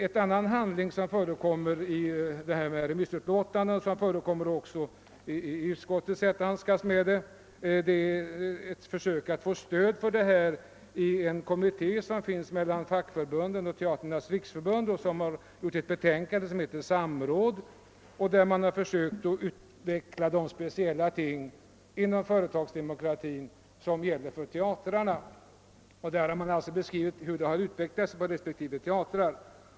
En annan handling som det hänvisas till i det sammandrag som utskottet har gjort av remissyttrandet från Teatrarnas riksförbund är betänkandet »Samråd» som avgivits av en kommitté sammansatt av representanter för fackförbunden och Teatrarnas riksförbund. I detta betänkande har man försökt utreda de speciella förhållanden i fråga om företagsdemokratin som gäller inom teatrarna och beskrivit hur utvecklingen varit på respektive teatrar.